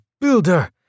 builder